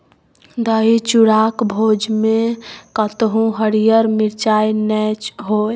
दही चूड़ाक भोजमे कतहु हरियर मिरचाइ नै होए